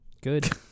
Good